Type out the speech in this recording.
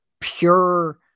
pure